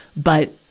but,